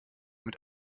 mit